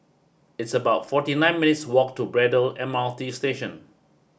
it's about forty nine minutes' walk to Braddell M R T Station